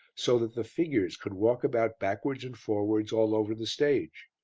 so that the figures could walk about backwards and forwards all over the stage.